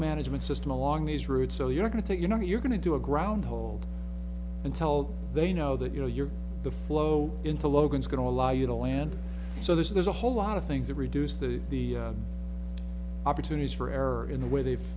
management system along these routes so you're going to take you know you're going to do a ground hold until they know that you know you're the flow into logan is going to allow you to land so there's a whole lot of things that reduce the the opportunities for error in the way they've